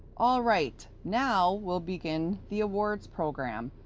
all right, now we'll begin the awards program.